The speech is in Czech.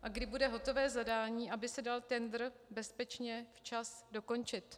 A kdy bude hotovo zadání, aby se dal tendr bezpečně včas dokončit?